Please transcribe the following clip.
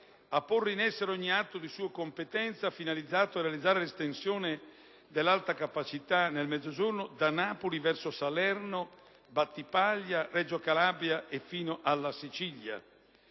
a porre in essere ogni atto di sua competenza finalizzato a realizzare l'estensione della rete Alta capacità ed Alta velocità nel Mezzogiorno da Napoli verso Salerno, Battipaglia, Reggio Calabria fino alla Sicilia;